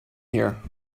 here